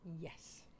Yes